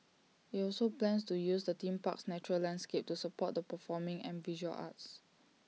IT also plans to use the theme park's natural landscape to support the performing and visual arts